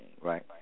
right